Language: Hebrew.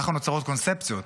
ככה נוצרות קונספציות,